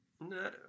No